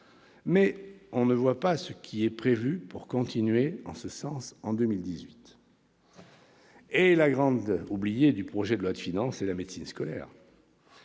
mais l'on ne voit pas ce qui est prévu pour continuer dans ce sens en 2018. La grande oubliée de ce projet de loi de finances est la médecine scolaire.